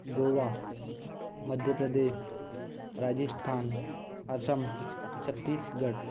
Goa Madhya Pradesh Rajasthan Assam Chhattisgarh